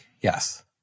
yes